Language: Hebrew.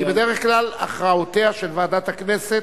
כי בדרך כלל הכרעותיה של ועדת הכנסת,